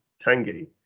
Tangi